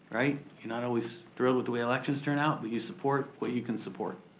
you're not always thrilled with the way elections turn out, but you support what you can support.